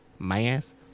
Myass